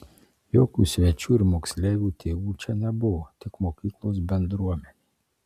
jokių svečių ir moksleivių tėvų čia nebuvo tik mokyklos bendruomenė